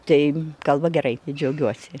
tai kalba gerai ir džiaugiuosi